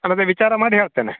ಅಲ್ಲ ಅದೇ ವಿಚಾರ ಮಾಡಿ ಹೇಳ್ತೇನೆ